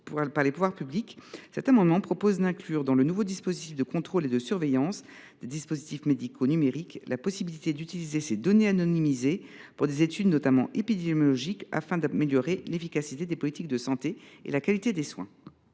épidémiologiques précises, cet amendement vise à inclure dans le nouveau dispositif de contrôle et de surveillance des dispositifs médicaux numériques la possibilité d’utiliser ces données anonymisées pour des études, notamment épidémiologiques, afin d’améliorer l’efficacité des politiques de santé et la qualité des soins.